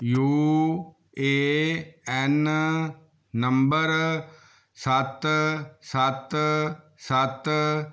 you A N number ਸੱਤ ਸੱਤ ਸੱਤ